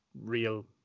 real